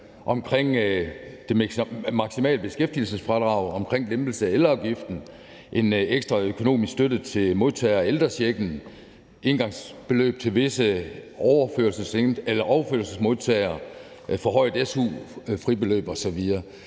omkring det maksimale beskæftigelsesfradrag, omkring lempelse af elafgiften, en ekstra økonomisk støtte til modtagere af ældrechecken, engangsbeløb til visse overførselsmodtagere, forhøjet su-fribeløb osv.